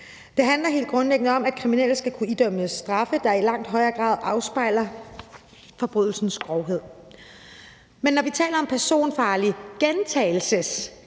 Det handler helt grundlæggende om, at kriminelle skal kunne idømmes straffe, der i langt højere grad afspejler forbrydelsens grovhed. Men når vi taler om personfarlig gentagelseskriminalitet,